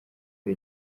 ari